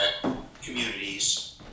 communities